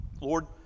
Lord